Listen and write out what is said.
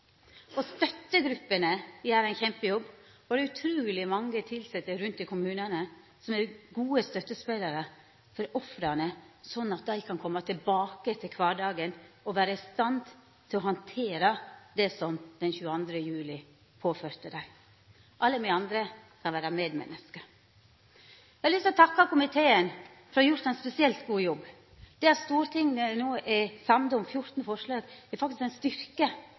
å sjå ungdom som trass i store skadar kjempar seg tilbake. Det er mange som vil ha behov for oppfølging i lang tid framover. Støttegruppene gjer ein kjempejobb, og det er utruleg mange tilsette rundt i kommunane som er gode støttespelarar for ofra, slik at dei kan koma tilbake til kvardagen og vera i stand til å handtera det som den 22. juli påførte dei. Alle me andre kan vera medmenneske. Eg har lyst til å takka komiteen for å ha gjort ein